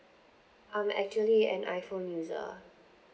I'm actually an iphone user